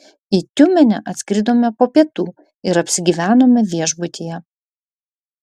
į tiumenę atskridome po pietų ir apsigyvenome viešbutyje